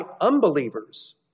unbelievers